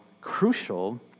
Crucial